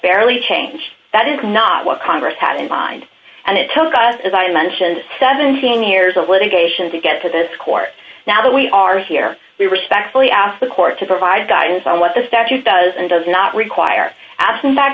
barely changed that is not what congress had in mind and it took us as i mentioned seventeen years of litigation to get to this court now that we are here we respectfully ask the court to provide guidance on what the statute does and does not require abs